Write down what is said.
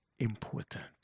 important